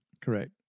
Correct